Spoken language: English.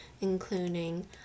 including